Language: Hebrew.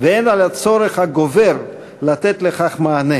והן על הצורך הגובר לתת לכך מענה